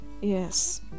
Yes